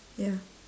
ya